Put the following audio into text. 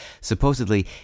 Supposedly